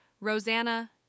rosanna